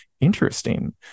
Interesting